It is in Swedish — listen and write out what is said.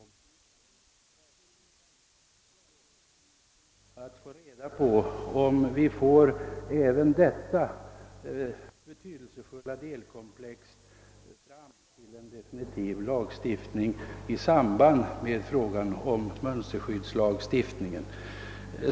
Många skulle säkert uppskatta att få reda på om även detta betydelsefulla delkomplex blir före mål för en definitiv lagstiftning i samband med frågan om mönsterskyddslagstiftningen.